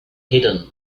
hidden